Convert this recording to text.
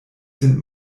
sind